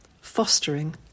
fostering